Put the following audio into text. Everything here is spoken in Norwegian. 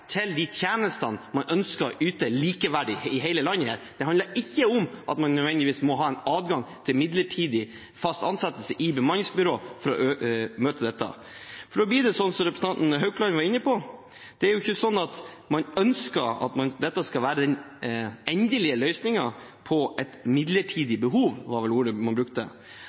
til de tjenestene man ønsker skal være likeverdige i hele landet. Det handler ikke om at man nødvendigvis må ha en adgang til midlertidig fast ansettelse i bemanningsbyrå for å møte dette. Da blir det sånn som representanten Haukland var inne på. Man ønsker ikke at dette skal være den endelige løsningen på et midlertidig behov, som vel var ordene man brukte.